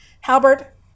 Halbert